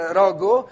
rogu